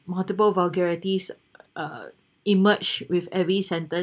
multiple vulgarities ah emerged with every sentence